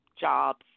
jobs